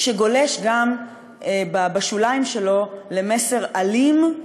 שגולש גם בשוליים שלו למסר אלים,